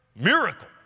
miracle